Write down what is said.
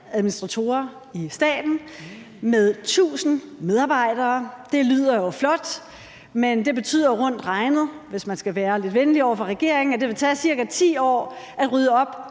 administratorer i staten med 1.000 medarbejdere. Det lyder jo flot, men det betyder rundt regnet, hvis man skal være lidt venlig over for regering, at det vil tage ca. 10 år at rydde op